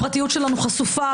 הפרטיות שלנו חשופה,